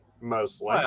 mostly